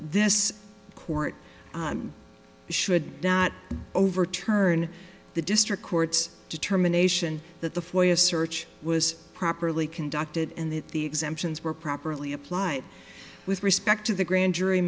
this court should not overturn the district court's determination that the foyer search was properly conducted and that the exemptions were properly applied with respect to the grand jury